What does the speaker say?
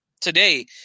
today